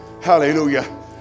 Hallelujah